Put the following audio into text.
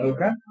Okay